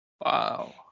Wow